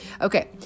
Okay